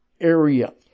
area